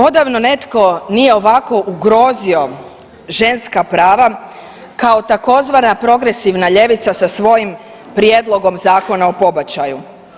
Odavno netko nije ovako ugrozio ženska prava kao tzv. progresivna ljevica sa svojim prijedlogom Zakona o pobačaju.